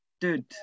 Dude